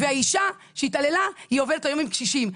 ואישה שהתעללה היא עובדת כיום עם קשישים.